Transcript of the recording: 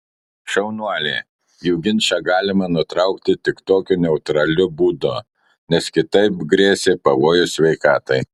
šaunuolė jų ginčą galima nutraukti tik tokiu neutraliu būdu nes kitaip grėsė pavojus sveikatai